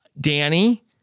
Danny